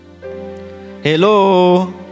Hello